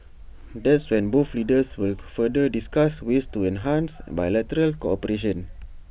that's when both leaders will further discuss ways to enhance bilateral cooperation